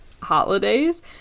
holidays